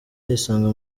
yisanga